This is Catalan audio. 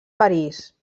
parís